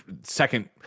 second